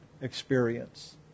experience